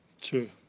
True